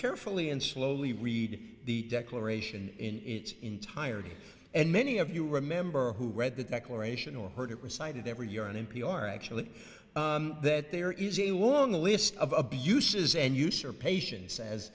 carefully and slowly read the declaration in its entirety and many of you remember who read the declaration or heard it was cited every year on n p r actually that there is a long list of abuses and usurpations says